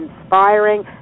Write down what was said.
inspiring